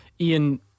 Ian